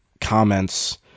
comments